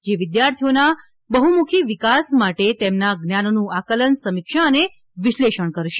જે વિદ્યાર્થીઓના બહ્મૂખી વિકાસ માટે તેમના જ્ઞાનનું આકલન સમીક્ષા અને વિશ્લેષણ કરશે